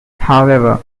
however